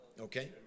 Okay